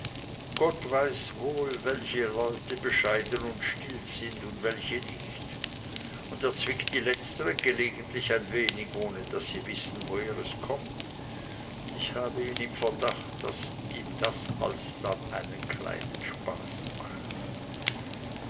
gott weiß wohl welche leute bescheiden und still sind und welche nicht und er zwickt die letztern gelegentlich ein wenig ohne daß sie wissen woher es kommt und ich habe ihn im verdacht daß das ihm alsdann einen kleinen spaß macht